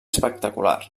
espectacular